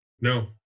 no